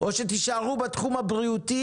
או שאתם תישארו רק בתחום הבריאותי